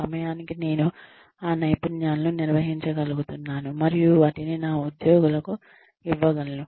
సమయానికి నేను ఆ నైపుణ్యాలను నిర్వహించగలుగుతున్నాను మరియు వాటిని నా ఉద్యోగులకు ఇవ్వగలను